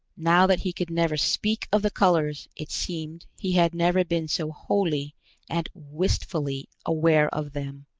now that he could never speak of the colors, it seemed he had never been so wholly and wistfully aware of them.